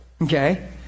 Okay